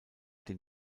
den